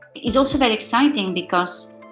it's also very exciting because,